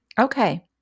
Okay